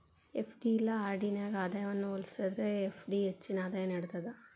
FD ಇಲ್ಲಾ RD ನ್ಯಾಗ ಆದಾಯವನ್ನ ಹೋಲಿಸೇದ್ರ ಎಫ್.ಡಿ ಹೆಚ್ಚಿನ ಆದಾಯ ನೇಡ್ತದ